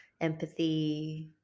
empathy